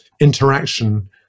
interaction